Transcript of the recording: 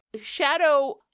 Shadow